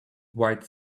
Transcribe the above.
white